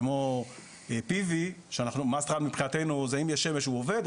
כמו PV. מבחינתנו טכנולוגיה שהיא "חייבת לרוץ" היא אם יש שמש הוא עובד,